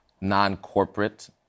non-corporate